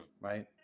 Right